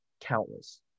countless